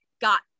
got